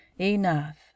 Enough